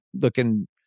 looking